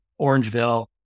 Orangeville